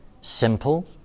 simple